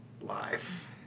life